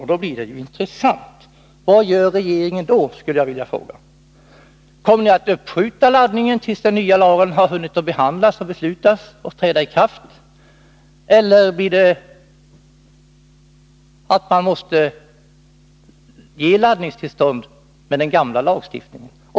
Jag skulle vilja fråga: Vad gör regeringen då? Kommer ni att uppskjuta laddningen tills den nya lagen har hunnit behandlas, beslutas och träda i kraft? Eller måste man ge laddningstillstånd enligt den gamla lagstiftningen?